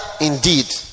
indeed